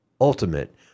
Ultimate